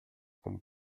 como